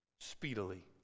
speedily